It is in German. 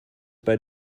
bei